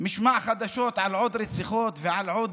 למשמע חדשות על עוד רציחות ועל עוד,